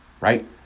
right